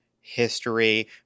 history